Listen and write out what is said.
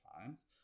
times